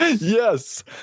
Yes